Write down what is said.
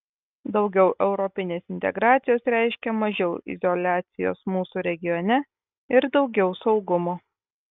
daugiau europinės integracijos reiškia mažiau izoliacijos mūsų regione ir daugiau saugumo